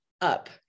up